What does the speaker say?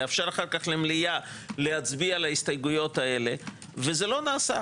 לאפשר אחר כך למליאה להצביע על ההסתייגויות האלה וזה לא נעשה.